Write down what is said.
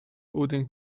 odeon